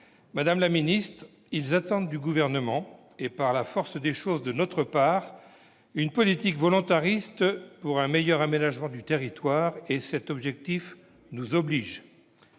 Madame la ministre, ils attendent du Gouvernement, et par la force des choses de nous, la mise en oeuvre d'une politique volontariste pour un meilleur aménagement du territoire. Cet objectif nous oblige.